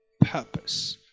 purpose